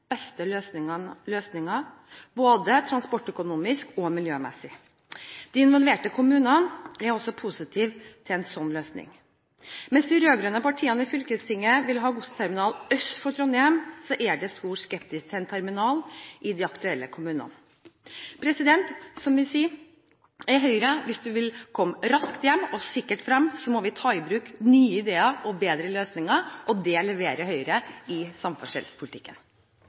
beste løsningen, både transportøkonomisk og miljømessig. De involverte kommunene er også positive til en slik løsning. Mens de rød-grønne partiene i fylkestinget vil ha en godsterminal øst for Trondheim, er det stor skepsis til en terminal i de aktuelle kommunene. Som vi sier i Høyre: Hvis du vil komme raskt hjem og sikkert frem, må vi ta i bruk nye ideer og bedre løsninger. Det leverer Høyre i samferdselspolitikken.